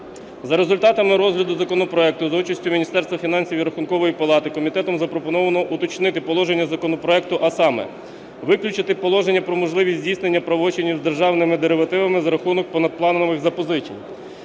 За результатами розгляду законопроекту за участі Міністерства фінансів і Рахункової палати комітетом запропоновано уточнити положення законопроекту. А саме: виключити положення про можливість здійснення правочинів з державними деривативами за рахунок понадпланових запозичень;